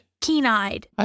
Keen-eyed